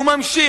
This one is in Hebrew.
וממשיך.